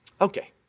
Okay